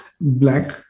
Black